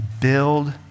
Build